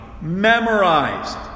Memorized